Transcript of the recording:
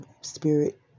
spirit